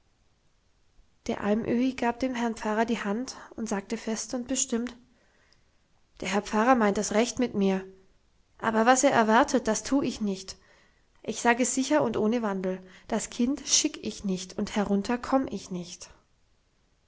der alm öhi gab dem herrn pfarrer die hand und sagte fest und bestimmt der herr pfarrer meint es recht mit mir aber was er erwartet das tu ich nicht ich sag es sicher und ohne wandel das kind schick ich nicht und herunter komm ich nicht